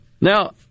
Now